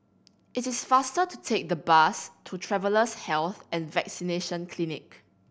it is faster to take the bus to Travellers' Health and Vaccination Clinic